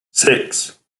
six